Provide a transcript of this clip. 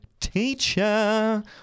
teacher